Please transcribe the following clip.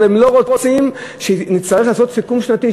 אבל הם לא רוצים לעשות סיכום שנתי.